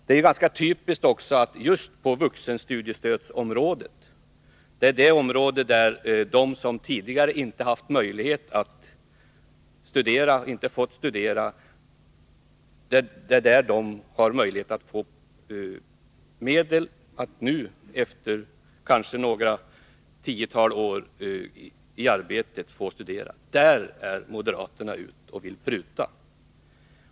Det är också ganska typiskt att moderaterna vill pruta just när det gäller vuxenstudiestödet. Här gäller det ju människor som tidigare inte har fått studera, men som nu har sådana möjligheter efter kanske ett tiotal år i arbete. Men vi har ju vant oss vid den här inställningen.